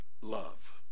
love